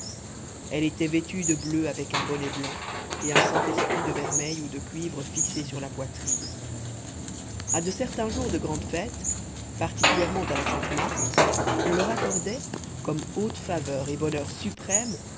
elles étaient vêtues de bleu avec un bonnet blanc et un saint-esprit de vermeil ou de cuivre fixé sur la poitrine à de certains jours de grande fête particulièrement à la sainte marthe on leur accordait comme haute faveur et bonheur suprême